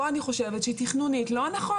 פה אני חושבת שתכנונית זה לא נכון.